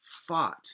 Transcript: fought